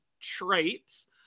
traits